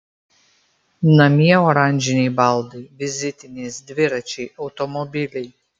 namie oranžiniai baldai vizitinės dviračiai automobiliai